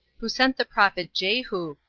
who sent the prophet jehu,